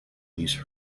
these